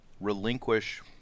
relinquish